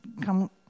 come